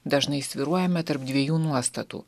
dažnai svyruojame tarp dviejų nuostatų